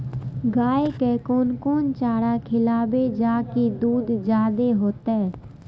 गाय के कोन कोन चारा खिलाबे जा की दूध जादे होते?